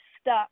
stuck